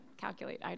calculate